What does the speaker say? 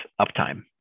uptime